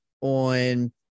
on